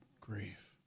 grief